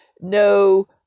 no